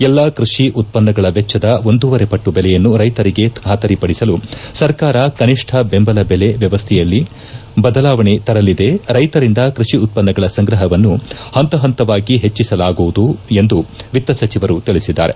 ಎಲ್ಲಾ ಕೃಷಿ ಉತ್ಪನ್ನಗಳ ವೆಚ್ಚದ ಒಂದೂವರೆ ಪಟ್ಟು ದೆಲೆಯನ್ನು ರೈತರಿಗೆ ಖಾತರಿಪಡಿಸಲು ಸರ್ಕಾರ ಕನಿಷ್ಠ ದೆಂಬಲ ದೆಲೆ ವ್ಲವಸ್ಥೆಯಲ್ಲಿ ಬದಲಾವಣೆ ತರಲಿದೆ ರೈತರಿಂದ ಕೃಷಿ ಉತ್ತನ್ನಗಳ ಸಂಗ್ರಹವನ್ನು ಹಂತ ಹಂತವಾಗಿ ಹೆಚ್ಚಿಸಲಾಗುವುದು ಎಂದು ವಿತ್ತ ಸಚಿವರು ತಿಳಿಸಿದ್ದಾರೆ